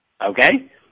Okay